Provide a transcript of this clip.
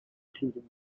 including